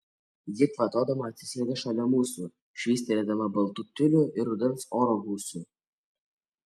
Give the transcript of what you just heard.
ji kvatodama atsisėda šalia mūsų švystelėdama baltu tiuliu ir rudens oro gūsiu